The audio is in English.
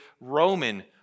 Roman